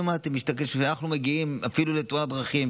כשאנחנו מגיעים אפילו לתאונת דרכים,